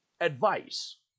advice